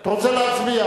אתה רוצה להצביע.